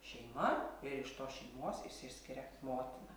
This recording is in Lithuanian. šeima ir iš tos šeimos išsiskiria motina